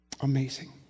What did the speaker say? Amazing